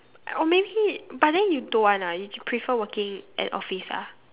or maybe but then you don't want ah you prefer working at office ah